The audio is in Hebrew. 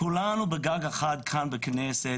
כולנו תחת גג אחד כאן, בכנסת,